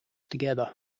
together